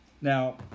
Now